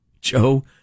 Joe